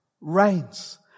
reigns